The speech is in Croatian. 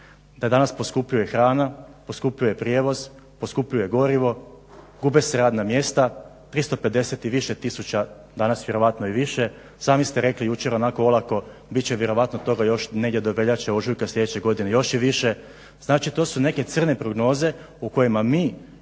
da danas poskupljuje hrana, poskupljuje prijevoz, poskupljuje gorivo, gube se radna mjesta, 350 i više tisuća danas vjerojatno i više. Sami ste rekli jučer onako olako bit će vjerojatno toga još negdje do veljače, ožujka sljedeće godine još i više. Znači, to su neke crne prognoze u kojima mi